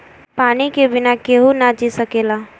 पानी के बिना केहू ना जी सकेला